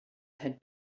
had